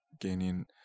gaining